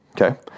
Okay